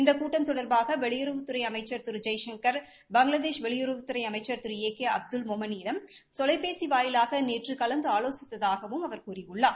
இந்த கூட்டம் தொடர்பாக வெளியுறவுத்துறை அமைச்சர் திரு ஜெய்சங்கர் பங்ளாதேஷ் வெளியுறவுத்துறை அமைச்சர் திரு ஏ கே அப்துல் மொமன் யிடம் தொலைபேசி வாயிலாக நேற்று கலந்து ஆலோசித்ததாகவும் அவர் கூறியுள்ளார்